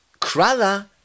Krala